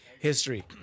history